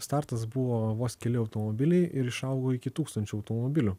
startas buvo vos keli automobiliai ir išaugo iki tūkstančio automobilių